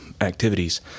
activities